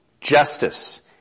justice